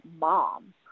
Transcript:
mom